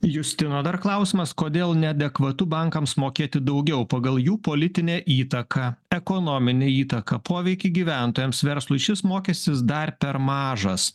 justino dar klausimas kodėl neadekvatu bankams mokėti daugiau pagal jų politinę įtaką ekonominę įtaką poveikį gyventojams verslui šis mokestis dar per mažas